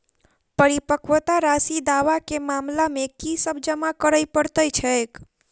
परिपक्वता राशि दावा केँ मामला मे की सब जमा करै पड़तै छैक?